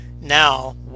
Now